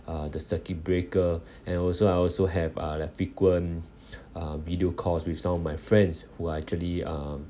uh the circuit breaker and also I also have uh like frequent uh video calls with some of my friends who are actually um